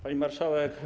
Pani Marszałek!